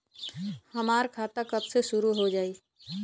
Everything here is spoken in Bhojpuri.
हमार खाता कब से शूरू हो जाई?